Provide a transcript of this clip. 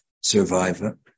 survivor